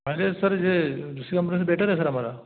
अरे सर यह दूसरा कंपनी से बेटर है